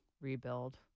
rebuild